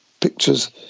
pictures